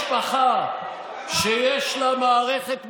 לא עוד משפחה שיש לה מערכת משפט,